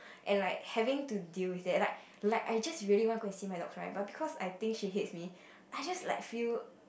and like having to deal with that like like I just really want to go and see my dogs right but because I think she hates me I just like feel